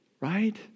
right